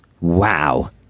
Wow